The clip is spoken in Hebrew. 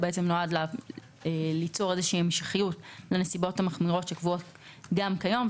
הוא בעצם נועד ליצור איזושהי המשכיות לנסיבות המחמירות שקבועות גם כיום,